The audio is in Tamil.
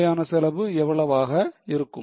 நிலையான செலவு எவ்வளவாக இருக்கும்